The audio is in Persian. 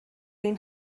این